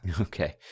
Okay